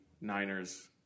Niners